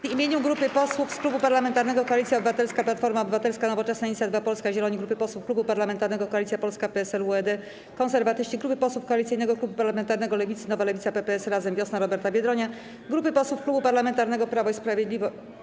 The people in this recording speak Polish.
W imieniu grupy posłów z Klubu Parlamentarnego Koalicja Obywatelska - Platforma Obywatelska, Nowoczesna, Inicjatywa Polska, Zieloni, grupy posłów Klubu Parlamentarnego Koalicja Polska - PSL, UED, Konserwatyści, grupy posłów Koalicyjnego Klubu Parlamentarnego Lewicy (Nowa Lewica, PPS, Razem, Wiosna Roberta Biedronia), grupy posłów Klubu Parlamentarnego Prawo i Sprawiedliwość.